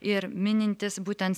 ir minintis būtent